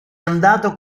andato